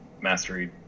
mastery